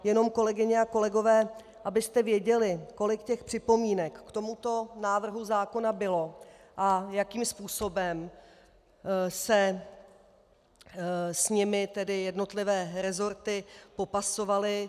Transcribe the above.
Jenom kolegyně a kolegové, abyste věděli, kolik připomínek k tomuto návrhu zákona bylo a jakým způsobem se s nimi jednotlivé resorty popasovaly.